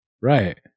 Right